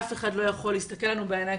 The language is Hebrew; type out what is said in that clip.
אף אחד לא יכול להסתכל לנו בעיניים,